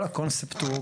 כל הקונספט הוא,